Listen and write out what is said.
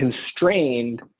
constrained